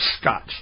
scotch